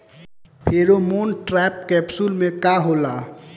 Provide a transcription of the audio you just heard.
Pheromone trap capsule में का होला?